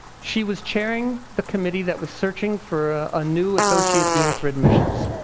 she was chairing the committee that was searching for a new associate dean for admissions.